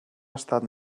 estat